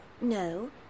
No